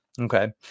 Okay